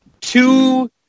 two